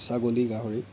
ছাগলী গাহৰি